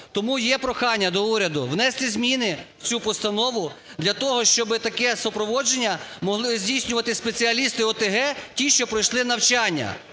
Тому є прохання до уряду внести зміни в цю постанову, для того щоб таке супроводження могли здійснювати спеціалісти ОТГ ті, що пройшли навчання.